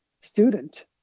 student